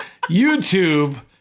YouTube